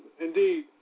indeed